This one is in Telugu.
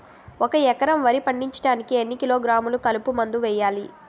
ఒక ఎకర వరి పండించటానికి ఎన్ని కిలోగ్రాములు కలుపు మందు వేయాలి?